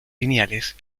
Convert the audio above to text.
lineales